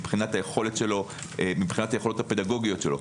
מבחינת היכולות הפדגוגיות שלו.